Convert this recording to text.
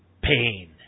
Pain